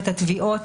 את התביעות